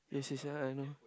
yes yes ya I know